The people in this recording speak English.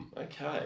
okay